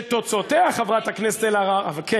שתוצאותיה, חברת הכנסת אלהרר, זה לגיטימי.